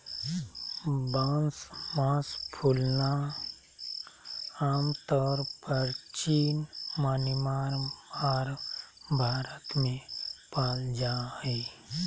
बांस मास फूलना आमतौर परचीन म्यांमार आर भारत में पाल जा हइ